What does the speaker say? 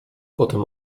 potem